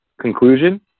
Conclusion